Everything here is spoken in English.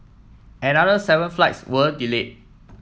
another seven flights were delayed